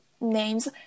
names